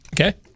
Okay